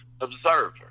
observer